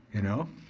you know?